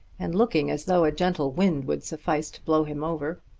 and looking as though a gentle wind would suffice to blow him over.